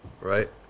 right